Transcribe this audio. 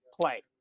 play